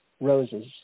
roses